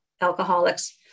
alcoholics